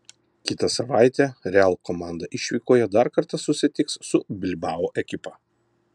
kitą savaitę real komanda išvykoje dar kartą susitiks su bilbao ekipa